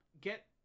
get